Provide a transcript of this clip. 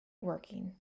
working